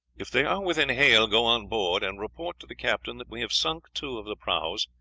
if they are within hail go on board, and report to the captain that we have sunk two of the prahus,